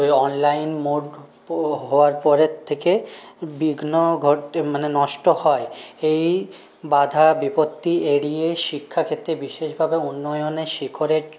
online mode হওয়ার পরের থেকে বিঘ্ন ঘটতে মানে নষ্ট হয় এই বাধা বিপত্তি এড়িয়ে শিক্ষাক্ষেত্রে বিশেষভাবে উন্নয়নের শিখরে